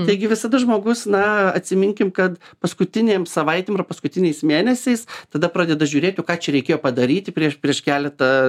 taigi visada žmogus na atsiminkim kad paskutinėm savaitėm ar paskutiniais mėnesiais tada pradeda žiūrėt o ką čia reikėjo padaryti prieš prieš keletą